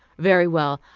very well.